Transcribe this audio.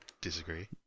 Disagree